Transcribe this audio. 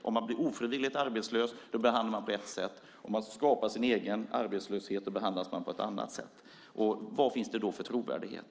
Om man blir ofrivilligt arbetslös behandlas man på ett sätt. Om man skapar sin egen arbetslöshet behandlas man på ett annat sätt. Vad finns det då för trovärdighet?